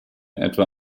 etwa